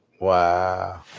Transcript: Wow